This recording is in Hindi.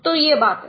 तो यह बात है